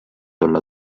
olla